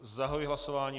Zahajuji hlasování.